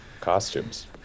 costumes